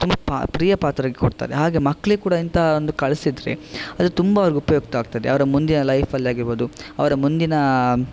ತುಂಬ ಪಾ ಪ್ರಿಯ ಪಾತ್ರರಿಗೆ ಕೊಡ್ತಾರೆ ಹಾಗೆ ಮಕ್ಳಿಗೆ ಕೂಡ ಇಂಥ ಒಂದು ಕಳಿಸಿದ್ರೆ ಅದು ತುಂಬಾ ಅವ್ರಿಗೆ ಉಪಯುಕ್ತ ಆಗ್ತದೆ ಅವರ ಮುಂದಿನ ಲೈಫಲ್ಲಿ ಆಗಿರಬೋದು ಅವರ ಮುಂದಿನ